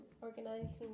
organizing